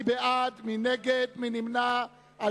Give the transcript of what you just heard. מי בעד, מי נגד, מי נמנע?